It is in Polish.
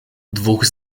dwóch